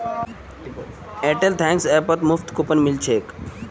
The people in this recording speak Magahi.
एयरटेल थैंक्स ऐपत मुफ्त कूपन मिल छेक